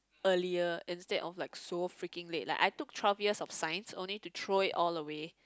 earlier instead of like so freaking late like I took twelve years of science only to throw it all away